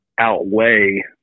outweigh